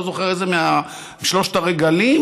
לא זוכר איזה משלשת הרגלים,